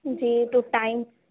جی تو ٹائم